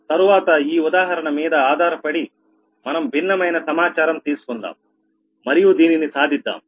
తరువాత ఈ ఉదాహరణ మీద ఆధారపడి మనం భిన్నమైన సమాచారం తీసుకుందాం మరియు దీనిని సాధిద్దాం